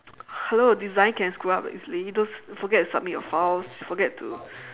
hello design can screw up easily those forget to submit your files forget to